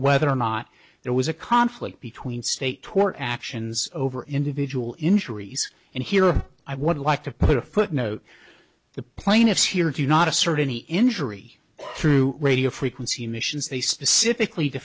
whether or not there was a conflict between state tort actions over individual injuries and here i would like to put a footnote the plaintiffs here do not assert any injury through radio frequency emissions they specifically